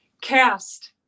cast